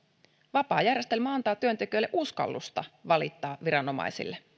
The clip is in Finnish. vapaa järjestelmä antaa työntekijöille uskallusta valittaa viranomaisille